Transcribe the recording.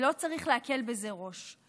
ולא צריך להקל בזה ראש.